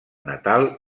natal